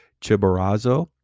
Chiborazo